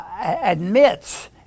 admits